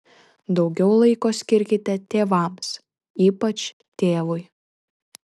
daugiau laiko skirkite tėvams ypač tėvui